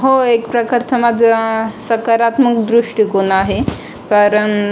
हो एक प्रकारचा माझा सकारात्मक दृष्टिकोन आहे कारण